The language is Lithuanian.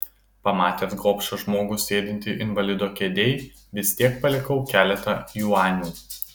pamatęs gobšą žmogų sėdintį invalido kėdėj vis tiek palikau keletą juanių